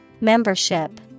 Membership